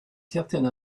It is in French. certaine